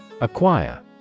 Acquire